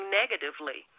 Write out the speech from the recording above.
negatively